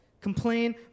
Complain